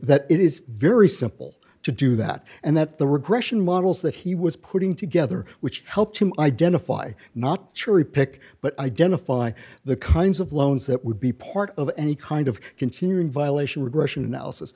that it is very simple to do that and that the regression models that he was putting together which helped him identify not cherry pick but identify the kinds of loans that would be part of any kind of continuing violation regression analysis